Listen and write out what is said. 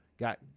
Got